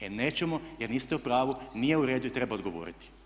E nećemo jer niste u pravu, nije u redu i treba odgovoriti!